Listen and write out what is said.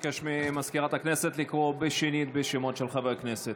אבקש מסגנית מזכיר הכנסת לקרוא שנית בשמות של חברי הכנסת.